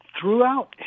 throughout